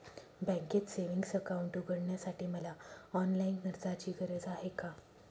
बँकेत savings account उघडण्यासाठी मला ऑनलाईन अर्जाची गरज आहे का?